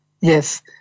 Yes